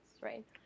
right